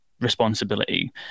responsibility